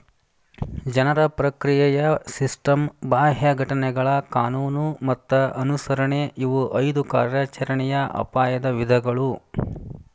ಜನರ ಪ್ರಕ್ರಿಯೆಯ ಸಿಸ್ಟಮ್ ಬಾಹ್ಯ ಘಟನೆಗಳ ಕಾನೂನು ಮತ್ತ ಅನುಸರಣೆ ಇವು ಐದು ಕಾರ್ಯಾಚರಣೆಯ ಅಪಾಯದ ವಿಧಗಳು